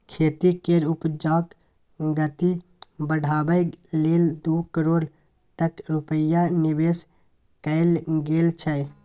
खेती केर उपजाक गति बढ़ाबै लेल दू करोड़ तक रूपैया निबेश कएल गेल छै